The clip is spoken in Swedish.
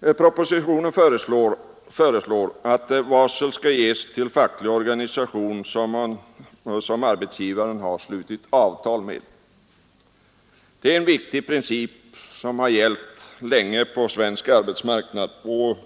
I propositionen föreslås att varsel skall ges till facklig organisation som arbetsgivaren har slutit avtal med. Det är en viktig princip, som har gällt länge på svensk arbetsmarknad, och